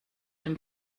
dem